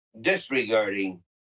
disregarding